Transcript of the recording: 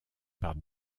par